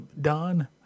Don